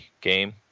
game